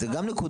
אלה גם נקודות.